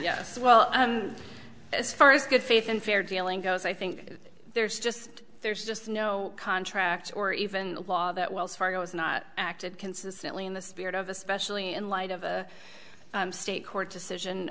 yes well and as far as good faith and fair dealing goes i think there's just there's just no contract or even a law that wells fargo has not acted consistently in the spirit of especially in light of a state court decision